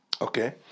Okay